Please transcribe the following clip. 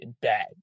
bad